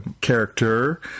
character